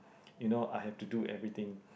you know I have to do everything